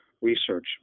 research